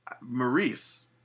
Maurice